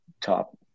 top